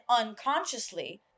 unconsciously